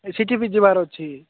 ଏ ସେଠି ବି ଯିବାର ଅଛି